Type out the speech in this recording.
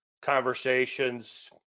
conversations